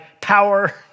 power